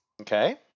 Okay